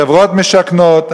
חברות משכנות,